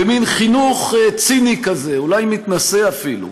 במין חינוך ציני כזה, אולי מתנשא, אפילו: